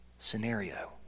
scenario